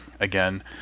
again